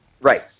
Right